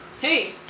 hey